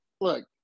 look